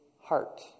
heart